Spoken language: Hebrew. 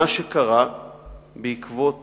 מה שקרה בעקבות